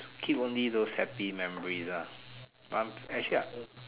keep only those happy memories ah actually I